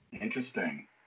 Interesting